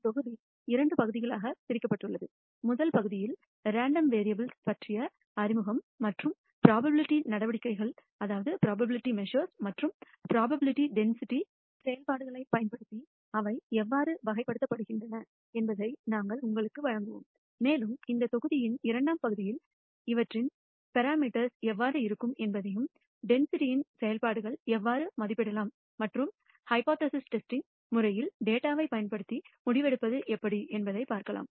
இந்த தொகுதி இரண்டு பகுதிகளாகப் பிரிக்கப்பட்டுள்ளது முதல் பகுதியில் ரேண்டம் வெறியபிள்ஸ் பற்றிய அறிமுகம் மற்றும் ப்ரோபபிலிட்டி நடவடிக்கைகள் மற்றும் ப்ரோபபிலிட்டி டென்சிட்டி செயல்பாடுகளைப் பயன்படுத்தி அவை எவ்வாறு வகைப்படுத்தப்படுகின்றன என்பதை நாங்கள் உங்களுக்கு வழங்குவோம் மேலும் இந்த தொகுதியின் இரண்டாம் பகுதியில் இவற்றின் பரமிட்டர்ஸ்க்கள் எவ்வாறு இருக்கும் என்பதயும் டென்சிட்டி செயல்பாடுகளை எவ்வாறு மதிப்பிடலாம் மற்றும் ஹைபோதசிஸ் டெஸ்டிங் முறையில் டேட்டாவை பயன்படுத்தி முடிவெடுப்பது எப்படி என்பதை பார்க்கலாம்